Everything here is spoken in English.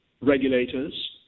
regulators